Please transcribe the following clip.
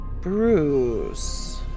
Bruce